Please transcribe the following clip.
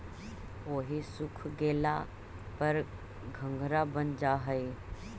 ओहि सूख गेला पर घंघरा बन जा हई